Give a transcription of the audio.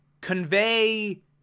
convey